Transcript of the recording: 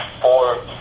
four